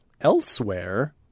Elsewhere